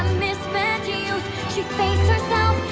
misspent youth she faced herself,